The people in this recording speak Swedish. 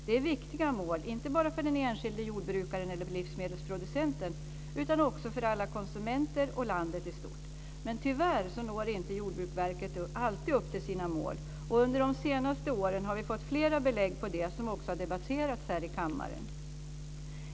Det är viktiga mål, inte bara för den enskilde jordbrukaren eller livsmedelsproducenten, utan också för alla konsumenter och för landet i stort. Men tyvärr når inte Jordbruksverket alltid upp till sina mål. Under de senaste åren har vi fått flera belägg för det, som också har debatterats här i kammaren.